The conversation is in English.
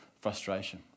frustration